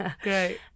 Great